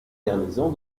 garnison